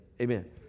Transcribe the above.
Amen